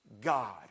God